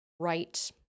right